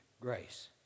grace